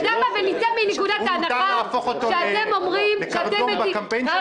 ניתן להפוך אותו לקרדום בקמפיין שלכם?